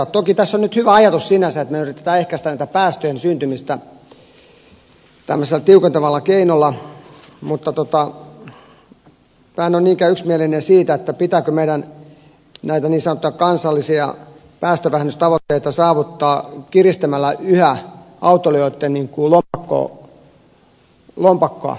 toki tässä on nyt hyvä ajatus sinänsä että me yritämme ehkäistä päästöjen syntymistä tämmöisellä tiukentavalla keinolla mutta en ole niinkään yksimielinen siitä pitääkö meidän näitä niin sanottuja kansallisia päästövähennystavoitteita saavuttaa kiristämällä yhä autoilijoitten lompakkoa